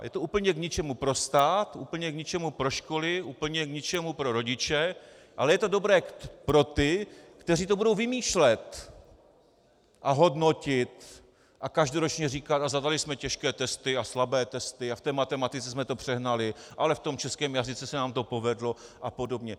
Je to úplně k ničemu pro stát, úplně k ničemu pro školy, úplně k ničemu pro rodiče, ale je to dobré pro ty, kteří to budou vymýšlet a hodnotit a každoročně říkat: Zadali jsme těžké testy a slabé testy a v té matematice jsme to přehnali, ale v tom českém jazyce se nám to povedlo apod.